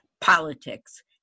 politics